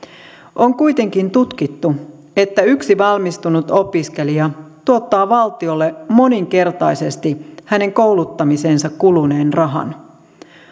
on kuitenkin tutkittu että yksi valmistunut opiskelija tuottaa valtiolle moninkertaisesti hänen kouluttamiseensa kuluneen rahan